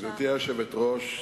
גברתי היושבת-ראש,